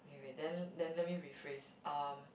okay then then let me rephrase um